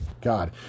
God